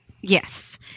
Yes